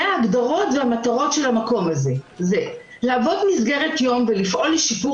אלו ההגדרות והמטרות של המקום הזה: להוות מסגרת יום ולפעול לשיפור